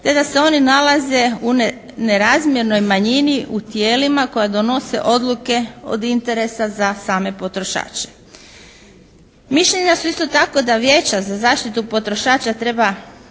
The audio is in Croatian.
te da se oni nalaze u nerazmjernoj manjini u tijelima koja donose odluke od interesa za same potrošače. Mišljenja su isto tako da Vijeća za zaštitu potrošača treba,